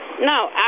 No